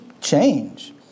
change